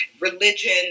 religion